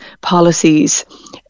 policies